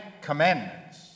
Commandments